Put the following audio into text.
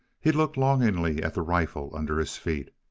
he looked longingly at the rifle under his feet.